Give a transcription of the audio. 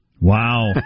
Wow